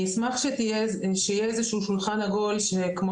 אני אשמח שיהיה איזשהו שולחן עגול שכמו